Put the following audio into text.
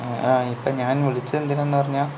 ആ ഇപ്പം ഞാൻ വിളിച്ചത് എന്തിനെന്ന് പറഞ്ഞാൽ